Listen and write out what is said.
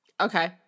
okay